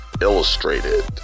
illustrated